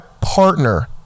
partner